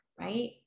right